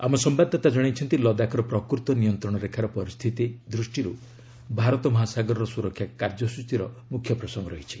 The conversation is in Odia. ଆମ ସମ୍ଭାଦଦାତା ଜଣାଇଛନ୍ତି ଲଦାଖର ପ୍ରକୃତ ନିୟନ୍ତ୍ରଣ ରେଖାର ପରିସ୍ଥିତି ଦୃଷ୍ଟିରୁ ଭାରତ ମହାସାଗରର ସୁରକ୍ଷା କାର୍ଯ୍ୟସୂଚୀର ମୁଖ୍ୟ ପ୍ରସଙ୍ଗ ରହିଛି